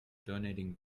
donating